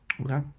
Okay